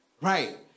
Right